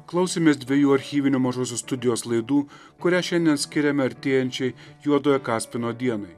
klausėmės dvejų archyvinių mažosios studijos laidų kurias šiandien skiriame artėjančiai juodojo kaspino dienai